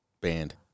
Banned